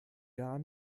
gar